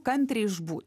kantriai išbūt